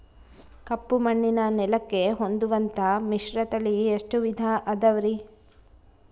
ಕಪ್ಪುಮಣ್ಣಿನ ನೆಲಕ್ಕೆ ಹೊಂದುವಂಥ ಮಿಶ್ರತಳಿ ಎಷ್ಟು ವಿಧ ಅದವರಿ?